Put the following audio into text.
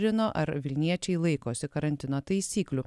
žino ar vilniečiai laikosi karantino taisyklių